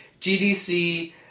GDC